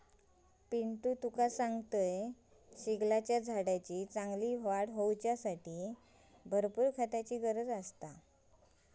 पिंटू तुका सांगतंय, शेगलाच्या झाडाची चांगली वाढ होऊसाठी मॉप खताची गरज असता